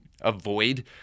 avoid